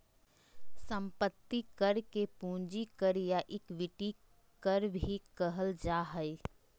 संपत्ति कर के पूंजी कर या इक्विटी कर भी कहल जा हइ